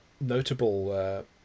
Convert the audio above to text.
notable